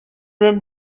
même